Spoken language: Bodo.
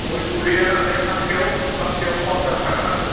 गय फुलिया नाथाय फांसेयाव फनसास थाखा नांगोन